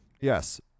Yes